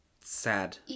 sad